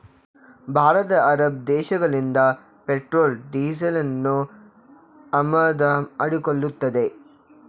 Bharat Arab ದೇಶಗಳಿಂದ petrol ಡೀಸೆಲನ್ನು ಆಮದು ಮಾಡಿಕೊಳ್ಳುತ್ತದೆ